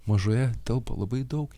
mažoje telpa labai daug